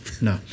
No